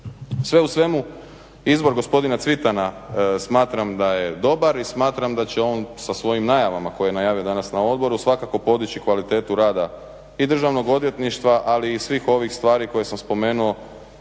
Sve u svemu, izbor gospodina Cvitana smatram da je dobar i smatram da će on sa svojim najavama koje je najavio danas na odboru svakako podići kvalitetu rada i Državnog odvjetništva, ali i svih ovih stvari koje sam spomenuo